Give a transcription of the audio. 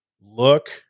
look